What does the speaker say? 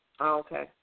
okay